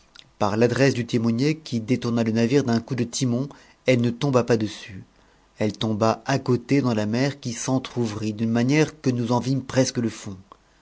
par l'adresse u timonier qui détourna le navire d'un coup de timon elle ne tomba pas dessus elle tomba à côté dans la mer qui s'entr'ouvrit d'une manière que nous en vtmes presque le fond